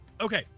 okay